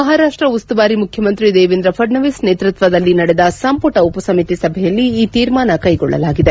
ಮಹಾರಾಷ್ಟ ಉಸ್ತುವಾರಿ ಮುಖ್ಯಮಂತ್ರಿ ದೇವೇಂದ್ರ ಫಡ್ನವೀಸ್ ನೇತೃತ್ವದಲ್ಲಿ ನಡೆದ ಸಂಪುಟ ಉಪಸಮಿತಿ ಸಭೆಯಲ್ಲಿ ಈ ತೀರ್ಮಾನ ಕೈಗೊಳ್ಳಲಾಗಿದೆ